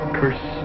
curse